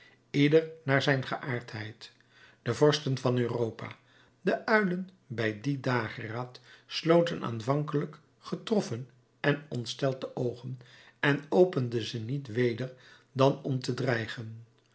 ieder naar zijn geaardheid de vorsten van europa de uilen bij dien dageraad sloten aanvankelijk getroffen en ontsteld de oogen en openden ze niet weder dan om te dreigen